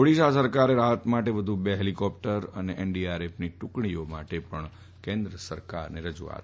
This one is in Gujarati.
ઓડીશા સરકારે રાહત માટે વધુ બે હેલીકોપ્ટર અને એનડીઆરએફની ટુકડીઓ માટે કેન્દ્ર સરકારને જણાવ્યું છે